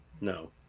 No